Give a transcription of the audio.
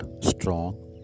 strong